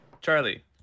Charlie